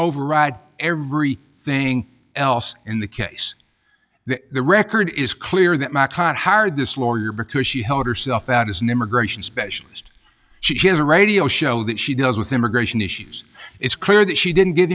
override every thing else in the case that the record is clear that mack hot hired this war your because she held herself out as an immigration specialist she has a radio show that she does with immigration issues it's clear that she didn't g